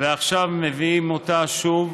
ועכשיו מביאים אותה שוב.